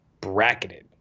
bracketed